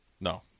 No